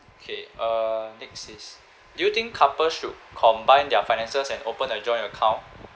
okay uh next is do you think couples should combine their finances and open a joint account